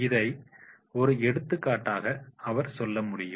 இதை ஒரு எடுத்துக்காட்டாக அவர் சொல்ல முடியும்